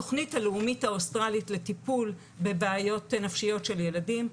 התוכנית הלאומית האוסטרלית לטיפול בבעיות נפשיות של ילדים.